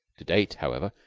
to date, however,